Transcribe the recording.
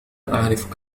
أعرف